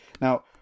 Now